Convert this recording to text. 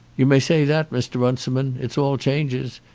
you may say that, mr. runciman. it's all changes.